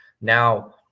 Now